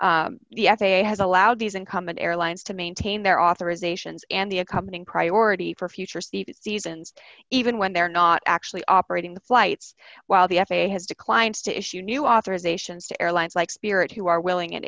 here the f a a has allowed these incumbent airlines to maintain their authorizations and the accompanying priority for future seat seasons even when they're not actually operating the flights while the f a a has declined to issue new authorizations to airlines like spirit who are willing and